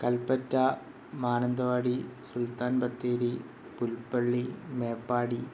Kalpetta Mananthavady Sultan Bathery Pulpally Meppadi